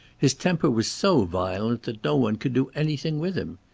his temper was so violent that no one could do anything with him.